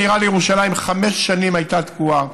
הרכבת המהירה לירושלים חמש שנים הייתה תקועה,